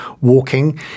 walking